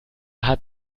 hat